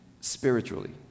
spiritually